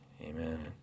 Amen